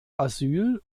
asyl